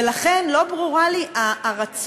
ולכן לא ברור לי הרצון